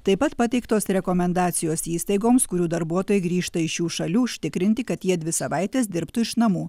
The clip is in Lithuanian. taip pat pateiktos rekomendacijos įstaigoms kurių darbuotojai grįžta iš šių šalių užtikrinti kad jie dvi savaites dirbtų iš namų